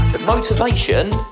Motivation